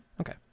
Okay